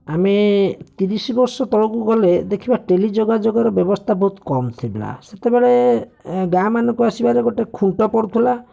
ଆମେ ତିରିଶ ବର୍ଷ ତଳକୁ ଗଲେ ଦେଖିବା ଟେଲି ଯୋଗାଯୋଗର ବ୍ୟବସ୍ଥା ବହୁତ କମ ଥିଲା ସେତେବେଳେ ଗାଁମାନଙ୍କୁ ଆସିବାରେ ଗୋଟେ ଖୁଣ୍ଟ ପଡ଼ୁଥିଲା